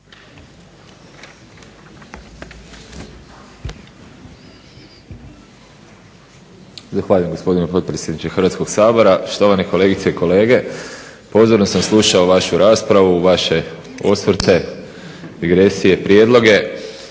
Zahvaljujem gospodine potpredsjedniče Hrvatskog sabora, štovane kolegice i kolege. Pozorno sam slušao vašu raspravu, vaše osvrte, digresije i prijedloge